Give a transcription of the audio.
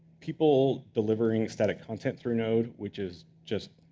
people delivering static content through node, which is just